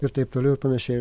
ir taip toliau ir panašiai